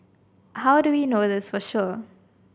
how do we know this for sure